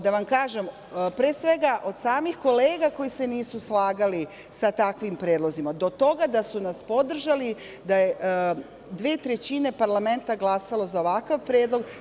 Da vam kažem, pre svega, od samih kolega koji se nisu slagali sa takvim predlozima, do toga da su nas podržali, da je dve trećine parlamenta glasalo za ovakav predlog.